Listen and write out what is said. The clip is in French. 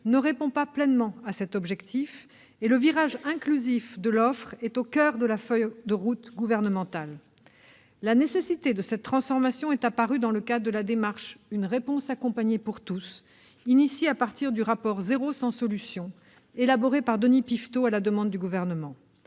ne répond pas pleinement à cet objectif. C'est pourquoi le « virage inclusif » de l'offre est au coeur de la feuille de route gouvernementale. La nécessité de cette transformation est apparue dans le cadre de la démarche « Une réponse accompagnée pour tous », engagée à partir du rapport intitulé « Zéro sans solution », élaboré par Denis Piveteau à la demande du Gouvernement.